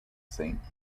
saint